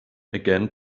again